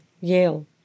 Yale